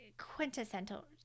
quintessential